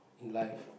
in life